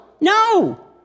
No